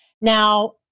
Now